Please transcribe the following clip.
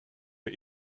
wir